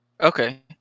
Okay